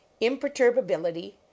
Imperturbability